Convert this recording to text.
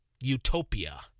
utopia